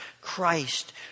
Christ